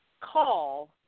call